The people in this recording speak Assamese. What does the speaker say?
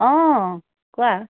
অ কোৱা